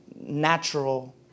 natural